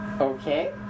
Okay